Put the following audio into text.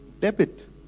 debit